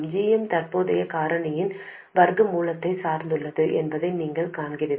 gm தற்போதைய காரணியின் வர்க்க மூலத்தை சார்ந்துள்ளது என்பதை நீங்கள் காண்கிறீர்கள்